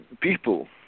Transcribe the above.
people